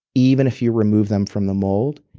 even if you remove them from the mold,